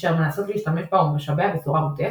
אשר מנסות להשתמש בה ובמשאביה בצורה מוטעית,